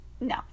no